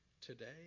today